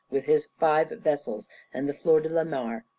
with his five vessels and the flor de la mar,